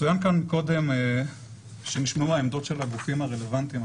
צוין כאן קודם שנשמעו העמדות של הגופים הרלוונטיים.